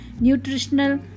nutritional